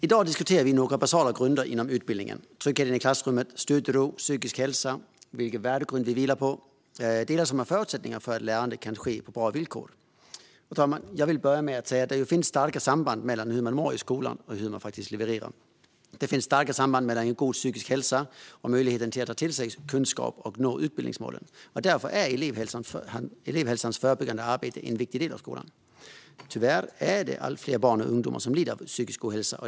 I dag diskuterar vi några basala grunder inom utbildningen. Tryggheten i klassrummet, studiero, psykisk hälsa och vilken värdegrund skolan vilar på är förutsättningar för att lärande kan ske på bra villkor. Fru talman! Det finns starka samband mellan hur man mår i skolan och hur man levererar. Det finns starka samband mellan god psykisk hälsa och möjligheten att ta till sig kunskap och nå utbildningsmålen. Därför är elevhälsans förebyggande arbete en viktig del av skolan. Tyvärr är det allt fler barn och ungdomar som lider av psykisk ohälsa.